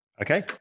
Okay